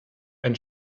ein